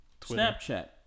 Snapchat